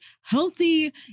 healthy